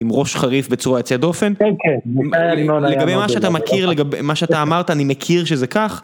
עם ראש חריף בצורה יציאה דופן, לגבי מה שאתה מכיר, לגבי מה שאתה אמרת אני מכיר שזה כך